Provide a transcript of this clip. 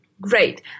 Great